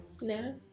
No